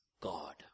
God